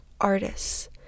artists